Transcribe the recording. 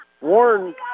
Warren